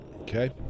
Okay